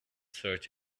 search